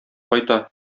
кайта